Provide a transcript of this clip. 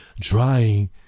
trying